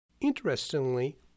Interestingly